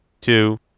two